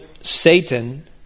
Satan